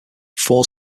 four